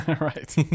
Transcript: Right